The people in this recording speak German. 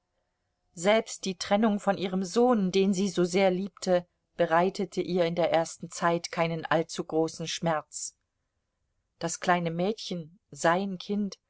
selbst die trennung von ihrem sohn den sie so sehr liebte bereitete ihr in der ersten zeit keinen allzu großen schmerz das kleine mädchen sein kind